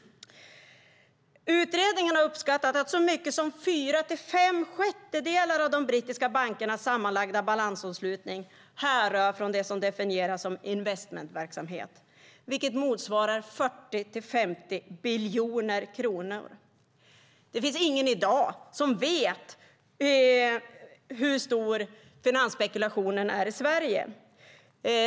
Utredningen har uppskattat att så mycket som fyra till fem sjättedelar av de brittiska bankernas sammanlagda balansomslutning härrör från det som definieras som investmentverksamhet, vilket motsvarar 40-50 biljoner kronor. Det finns ingen i dag som vet hur stor finansspekulationen är i Sverige.